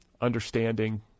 understanding